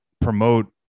promote